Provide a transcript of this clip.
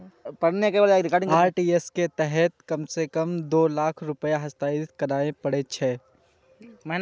RTGS के तहत कम सं कम दू लाख रुपैया हस्तांतरित करय पड़ै छै